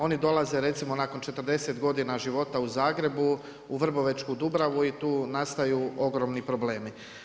Oni dolaze recimo nakon 40 godina života u Zagrebu u Vrbovečku Dubravu i tu nastaju ogromni problemi.